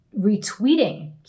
retweeting